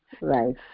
Right